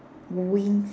wind